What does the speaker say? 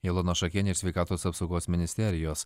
ilona šakienė iš sveikatos apsaugos ministerijos